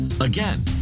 Again